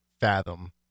fathom